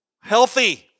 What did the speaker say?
Healthy